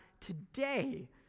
today